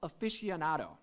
aficionado